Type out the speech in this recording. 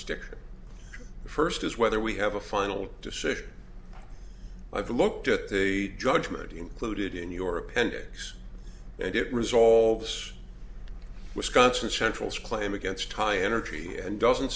the first is whether we have a final decision i've looked at the judgment included in your appendix and it resolves wisconsin central's claim against high energy and doesn't